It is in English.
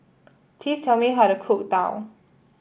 please tell me how to cook Daal